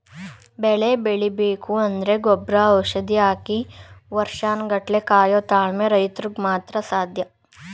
ಬೆಳೆ ಬೆಳಿಬೇಕು ಅಂದ್ರೆ ಗೊಬ್ರ ಔಷಧಿ ಹಾಕಿ ವರ್ಷನ್ ಗಟ್ಲೆ ಕಾಯೋ ತಾಳ್ಮೆ ರೈತ್ರುಗ್ ಮಾತ್ರ ಸಾಧ್ಯ